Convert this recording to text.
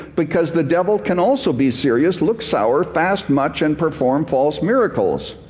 because the devil can also be serious, look sour, fast much, and perform false miracles.